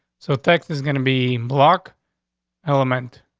so text is gonna be in block element.